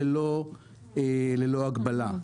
ללא הגבלה,